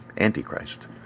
antichrist